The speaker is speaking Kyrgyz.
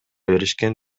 беришкен